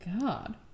God